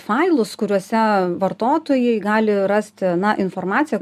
failus kuriuose vartotojai gali rasti informaciją